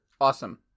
Awesome